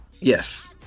Yes